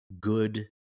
good